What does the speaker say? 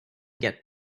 get